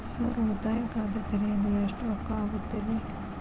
Sir ಉಳಿತಾಯ ಖಾತೆ ತೆರೆಯಲು ಎಷ್ಟು ರೊಕ್ಕಾ ಆಗುತ್ತೇರಿ?